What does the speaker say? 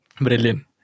Brilliant